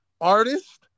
artist